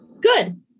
Good